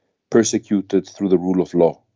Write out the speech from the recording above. persecuted through the rule of law.